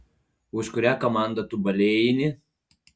už kurią komandą tu balėjini